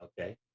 Okay